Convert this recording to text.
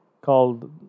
called